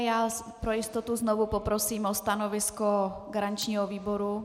Já pro jistotu znovu poprosím o stanovisko garančního výboru.